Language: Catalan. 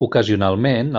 ocasionalment